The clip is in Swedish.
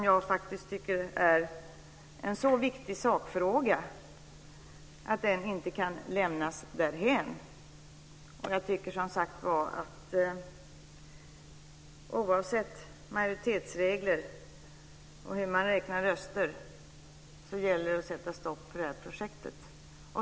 Jag tycker att det är en så viktig sakfråga att den inte kan lämnas därhän. Oavsett majoritetsregler och hur man räknar röster gäller det att sätta stopp för projektet.